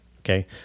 Okay